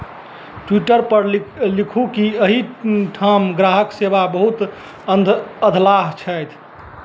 ट्विटरपर लि लिखू की एहिठाम ग्राहक सेवा बहुत अध् अधलाह छथि